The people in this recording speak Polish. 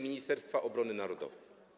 Ministerstwa Obrony Narodowej.